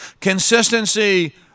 consistency